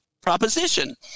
proposition